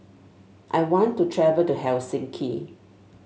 I want to travel to Helsinki